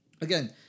Again